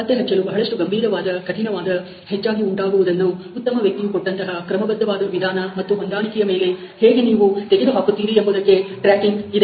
ಪತ್ತೆಹಚ್ಚಲು ಬಹಳಷ್ಟು ಗಂಭೀರವಾದ ಕಠಿಣವಾದ ಹೆಚ್ಚಾಗಿ ಉಂಟಾಗುವುದನ್ನು ಉತ್ತಮ ವ್ಯಕ್ತಿಯು ಕೊಟ್ಟಂತಹ ಕ್ರಮಬದ್ಧವಾದ ವಿಧಾನ ಮತ್ತು ಹೊಂದಾಣಿಕೆಯ ಮೇಲೆ ಹೇಗೆ ನೀವು ತೆಗೆದು ಹಾಕುತ್ತೀರಿ ಎಂಬುದಕ್ಕೆ ಟ್ರ್ಯಾಕಿಂಗ್ ಇದೆ